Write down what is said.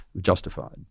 justified